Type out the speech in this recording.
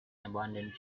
abandoned